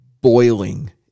boiling